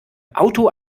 auto